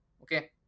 okay